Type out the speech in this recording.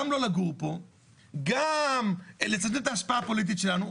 גם לא לגור פה, גם לצמצם את ההשפעה הפוליטית שלנו.